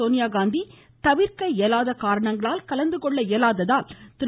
சோனியாகாந்தி தவிர்க்க இயலாத காரணங்களால் கலந்துகொள்ள இயலாததால் திரு